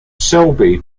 selby